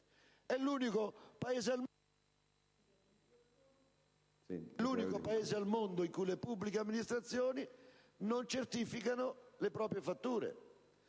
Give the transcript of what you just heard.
è l'unico Paese al mondo in cui le pubbliche amministrazioni non certificano le proprie fatture.